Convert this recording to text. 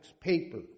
paper